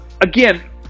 again